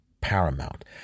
paramount